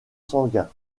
sanguin